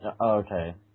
Okay